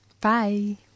Bye